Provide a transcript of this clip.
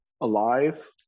alive